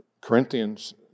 Corinthians